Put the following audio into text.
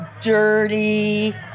dirty